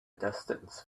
distance